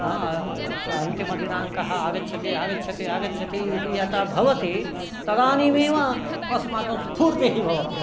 अन्तिमदिनाङ्कः आगच्छति आगच्छति आगच्छति इति यथा भवति तदानीमेव अस्माकं स्फूर्तिः भवति